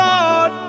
Lord